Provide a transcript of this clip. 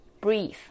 breathe